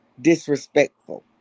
Disrespectful